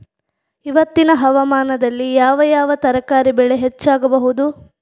ಇವತ್ತಿನ ಹವಾಮಾನದಲ್ಲಿ ಯಾವ ಯಾವ ತರಕಾರಿ ಬೆಳೆ ಹೆಚ್ಚಾಗಬಹುದು?